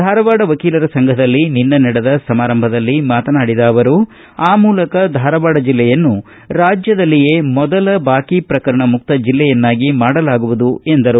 ಧಾರವಾಡ ವಕೀಲರ ಸಂಘದಲ್ಲಿ ನಿನ್ನೆ ನಡೆದ ಸಮಾರಂಭದಲ್ಲಿ ಮಾತನಾಡಿದ ಅವರು ಆ ಮೂಲಕ ಧಾರವಾಡ ಜಿಲ್ಲೆಯನ್ನು ರಾಜ್ಯದಲ್ಲಿಯೇ ಮೊದಲ ಬಾಕಿ ಪ್ರಕರಣ ಮುಕ್ತ ಜಿಲ್ಲೆಯನ್ನಾಗಿ ಮಾಡಲಾಗುವುದು ಎಂದರು